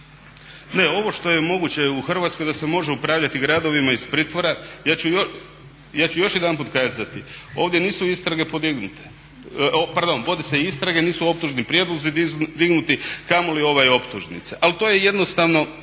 Ne, ovo što je moguće u Hrvatskoj da se može upravljati gradovima iz pritvora, ja ću još jedanput kazati, ovdje nisu istrage podignute, pardon vode se istrage, nisu optužni prijedlozi dignuti, kamoli optužnica ali to je jednostavno